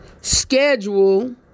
schedule